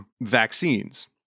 vaccines